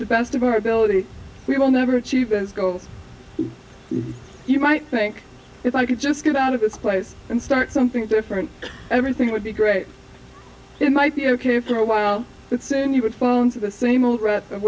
the best of our ability we will never achieve its goals you might think if i could just get out of this place and start something different everything would be great it might be ok for a while but soon you would fall into the same old rut of